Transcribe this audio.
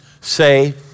say